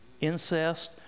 incest